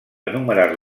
enumerar